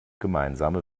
gemeinsame